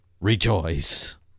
rejoice